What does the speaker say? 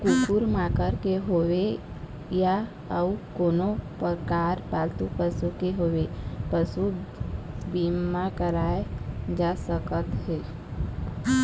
कुकुर माकर के होवय या अउ कोनो परकार पालतू पशु के होवय पसू बीमा कराए जा सकत हे